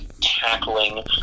tackling